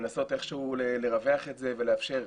ולנסות איכשהו לרווח את זה ולאפשר.